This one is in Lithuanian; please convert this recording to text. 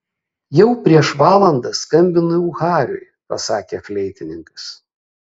jau prieš valandą skambinau hariui pasakė fleitininkas